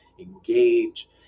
engage